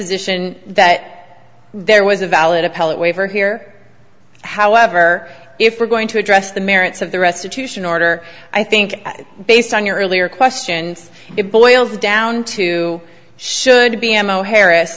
position that there was a valid appellate waiver here however if we're going to address the merits of the restitution order i think based on your earlier questions it boils down to should be imo harris